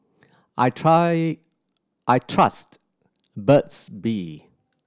I try I trust Burt's Bee